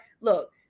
look